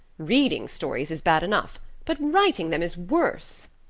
reading stories is bad enough but writing them is worse.